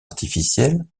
artificielle